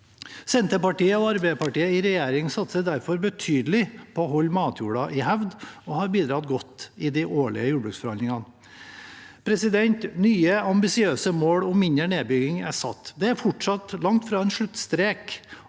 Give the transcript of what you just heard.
Senterpartiet og Arbeiderpartiet i regjering satser derfor betydelig på å holde matjorden i hevd og har bidratt godt i de årlige jordbruksforhandlingene. Nye, ambisiøse mål om mindre nedbygging er satt. Det er fortsatt langt fra en sluttstrek,